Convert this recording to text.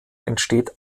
entsteht